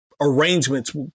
arrangements